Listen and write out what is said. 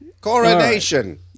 Coronation